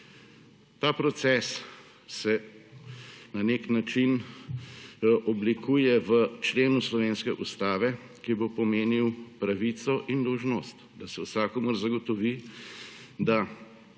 Ta proces se na nek način oblikuje v členu slovenske Ustave, ki bo pomenil pravico in dolžnost, da se vsakomur zagotovi, da